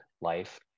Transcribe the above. life